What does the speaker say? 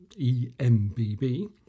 EMBB